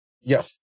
yes